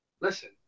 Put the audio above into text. Listen